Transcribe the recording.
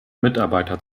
mitarbeiter